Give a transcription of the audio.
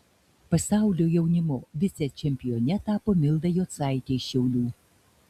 pasaulio jaunimo vicečempione tapo milda jocaitė iš šiaulių